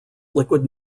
liquid